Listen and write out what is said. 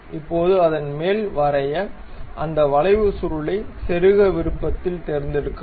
இப்போது அதன் மேல் வரைய அந்த வளைவு சுருளை செருக விருப்பத்தில் தேர்ந்தெடுக்கவும்